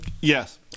Yes